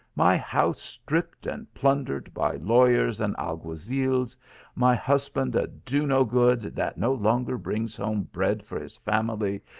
my house stripped and plundered by lawyers and alguazils my hus band a do-no-good that no longer brings home bread for his family,